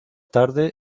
tarde